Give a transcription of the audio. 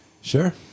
Sure